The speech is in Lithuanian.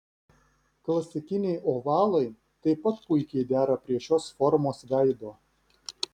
klasikiniai ovalai taip pat puikiai dera prie šios formos veido